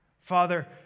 Father